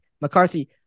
McCarthy